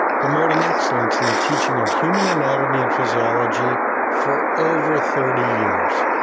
promoting excellence in the teaching of human anatomy and physiology for over thirty years.